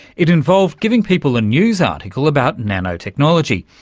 it involved giving people a news article about nano-technology,